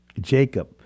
Jacob